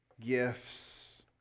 gifts